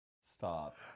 Stop